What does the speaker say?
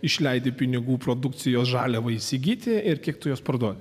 išleidi pinigų produkcijos žaliavą įsigyti ir kiek tu juos parduoti